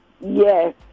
Yes